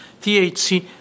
THC